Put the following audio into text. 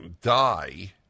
die